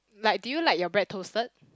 like do you like your bread toasted